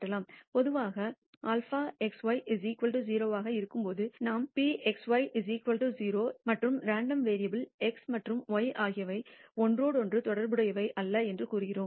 பொதுவாக σxy 0 ஆக இருக்கும்போது நாம் ρxy 0 மற்றும் ரேண்டம் வேரியபுல்கள் x மற்றும் y ஆகியவை ஒன்றோடொன்று தொடர்புடையவை அல்ல என்று கூறுகிறோம்